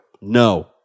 No